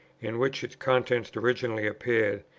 in which its contents originally appeared,